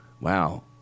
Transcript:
wow